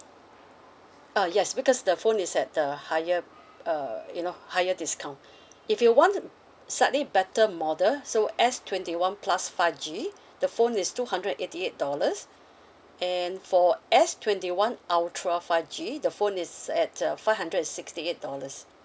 uh yes because the phone is at the higher err you know higher discount if you want slightly better model so S twenty one plus five G the phone is two hundred and eighty eight dollars and for S twenty one ultra five G the phone is at uh five hundred and sixty eight dollars